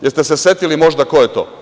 Jeste li se setili možda ko je to?